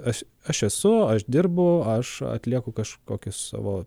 aš aš esu aš dirbu aš atlieku kažkokius savo